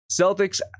Celtics